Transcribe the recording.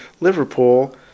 Liverpool